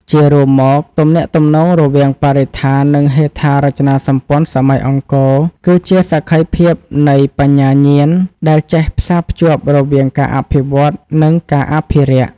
ជារួមមក ទំនាក់ទំនងរវាងបរិស្ថាន និងហេដ្ឋារចនាសម្ព័ន្ធសម័យអង្គរ គឺជាសក្ខីភាពនៃបញ្ញាញាណដែលចេះផ្សារភ្ជាប់រវាងការអភិវឌ្ឍ និងការអភិរក្ស។